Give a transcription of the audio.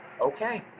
okay